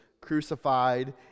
crucified